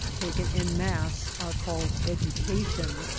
taken en masse, are called education,